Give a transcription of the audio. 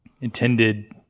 intended